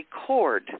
record